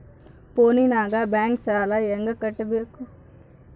ಫೋನಿನಾಗ ಬ್ಯಾಂಕ್ ಸಾಲ ಹೆಂಗ ಕಟ್ಟಬೇಕು?